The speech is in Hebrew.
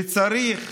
וצריך